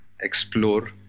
explore